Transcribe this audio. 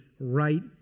right